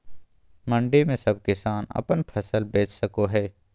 मंडी में सब किसान अपन फसल बेच सको है?